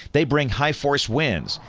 they bring high force winds,